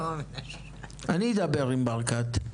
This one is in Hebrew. אני אדבר עם ברקת.